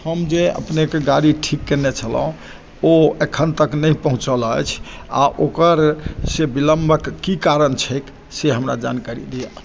हम जे अपनेके गाड़ी ठीक केने छलहुँ ओ एखन तक नहि पहुँचल अछि आओर ओकर से बिलम्बक की कारण छैक से हमरा जानकारी दिअ